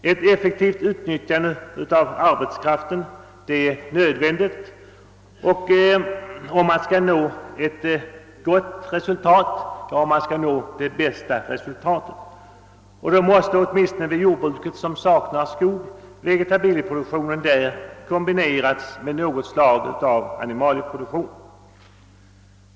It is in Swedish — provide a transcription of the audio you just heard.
Ett effektivt utnyttjande av arbetskraften är nödvändigt om man skall nå bästa resultat. Då måste vegetabilieproduktionen, åtminstone vid de jordbruk som saknar skog, kombineras med något slag av animalieproduktion.